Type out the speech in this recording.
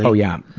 so yeah.